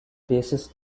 basis